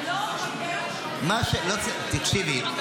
--- תקשיבי,